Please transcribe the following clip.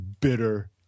bitter